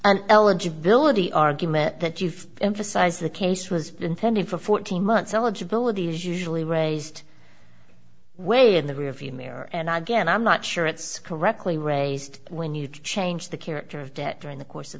eligibility argument that you emphasize the case was intended for fourteen months eligibility is usually raised way in the rearview mirror and i again i'm not sure it's correctly raised when you change the character of debt during the course of